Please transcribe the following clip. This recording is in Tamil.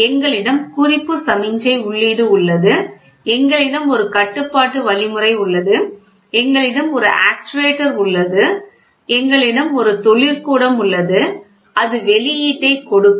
எங்களிடம் குறிப்பு சமிக்ஞை உள்ளீடு உள்ளது எங்களிடம் ஒரு கட்டுப்பாட்டு வழிமுறை உள்ளது எங்களிடம் ஒரு ஆக்சுவேட்டர் உள்ளது எங்களிடம் ஒரு தொழிற்கூடம் உள்ளது அது வெளியீட்டைக் கொடுக்கும்